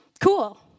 Cool